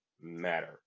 matter